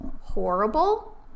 horrible